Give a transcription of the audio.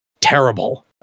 terrible